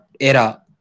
era